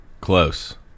Close